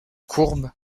courbes